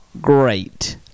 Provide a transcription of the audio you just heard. great